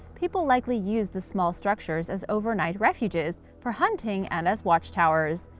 people likely used the small structures as overnight refuges, for hunting, and as watchtowers.